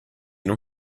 non